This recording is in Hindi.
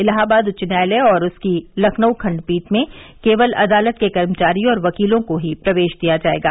इलाहाबाद उच्च न्यायालय और उसकी लखनऊ खंडपीठ में केवल अदालत के कर्मचारी और वकीलों को ही प्रवेश दिया जायेगा